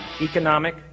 economic